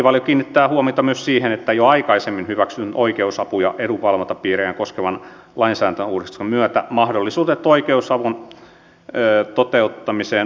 lakivaliokunta kiinnittää huomiota myös siihen että jo aikaisemmin hyväksytyn oikeusapu ja edunvalvontapiirejä koskevan lainsäädäntöuudistuksen myötä mahdollisuudet oikeusavun toteuttamiseen ostopalveluin laajenevat